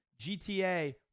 GTA